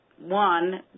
one